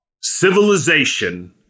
civilization